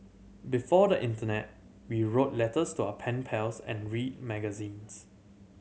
before the internet we wrote letters to our pen pals and read magazines